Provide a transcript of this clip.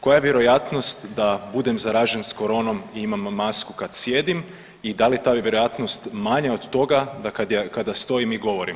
Koja je vjerojatnost da budem zaražen sa coronom i imam masku kad sjedim i da li je ta vjerojatnost manja od toga da kada stojim i govorim.